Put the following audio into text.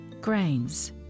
Grains